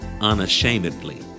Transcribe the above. unashamedly